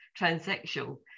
transsexual